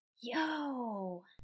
Yo